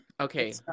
okay